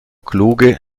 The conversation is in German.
kluge